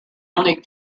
only